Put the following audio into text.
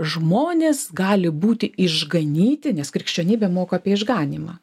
žmonės gali būti išganyti nes krikščionybė moko apie išganymą